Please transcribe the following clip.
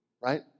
Right